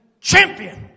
champion